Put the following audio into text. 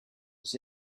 was